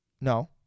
no